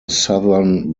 southern